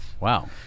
Wow